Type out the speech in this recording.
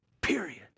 period